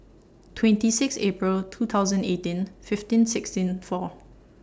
twenty six April two thousand eighteen fifteen sixteen four